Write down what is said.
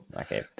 Okay